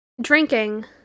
drinking